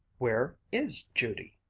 where is judy?